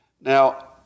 Now